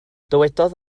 dywedodd